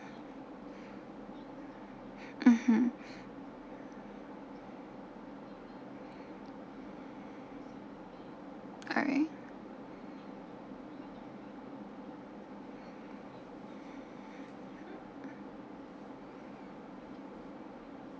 mmhmm alright